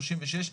36,